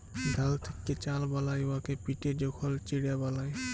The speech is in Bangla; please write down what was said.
ধাল থ্যাকে চাল বালায় উয়াকে পিটে যখল চিড়া বালায়